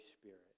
Spirit